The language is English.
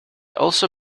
also